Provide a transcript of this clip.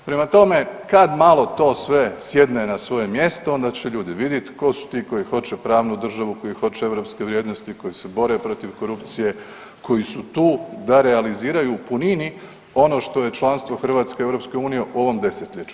Prema tome, kad malo to sve sjedne na svoje mjesto onda će ljudi vidjeti tko su ti koji hoće pravnu državu, koji hoće europske vrijednosti, koji se bore protiv korupcije, koji su tu da realiziraju u punini ono što je članstvo Hrvatske u EU u ovom desetljeću.